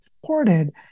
supported